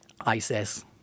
ISIS